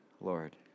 Lord